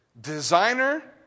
Designer